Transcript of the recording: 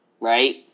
Right